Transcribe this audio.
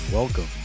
Welcome